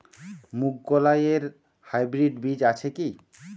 মুগকলাই এর হাইব্রিড বীজ আছে কি?